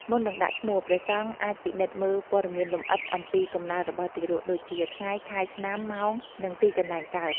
មុននឹងដាក់ឈ្មោះ ព្រះសង្ឃអាចពិនិត្យមើលព័ត៌មានលម្អិតអំពីកំណើតរបស់ទារក ដូចជា ថ្ងៃ ខែ ឆ្នាំ ម៉ោង និងទីកន្លែងកើត។